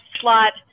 slot